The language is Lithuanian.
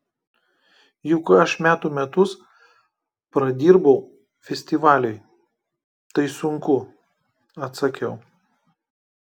juk aš metų metus pradirbau festivaliui tai sunku atsakiau